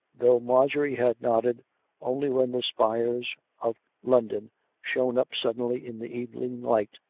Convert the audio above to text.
though marjorie had nodded only when the spires of london shone up suddenly in the evening light,